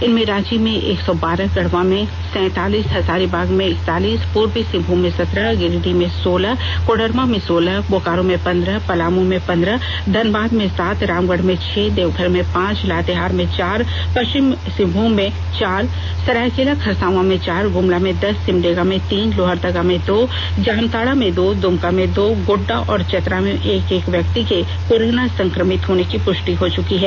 इनमें रांची में एक सौ बारह गढ़वा में सैंतालीस हजारीबाग में इकतालीस पूर्वी सिंहभूम में सत्रह गिरिडीह में सोलह कोडरमा में सोलह बोकारो में पंद्रह पलामू में पंद्रह धनबाद में सात रामगढ़ में छह देवघर में पांच लातेहार में चार पश्चिम सिंहभूम में चार सरायकेला खरसांवा में चार गुमला में दस सिमडेगा में तीन लोहरदगा में दो जामताड़ा में दो दुमका में दो गोड्डा और चतरा में एक एक व्यक्ति के कोरोना संक्रमित होने की पुष्टि हो चुकी है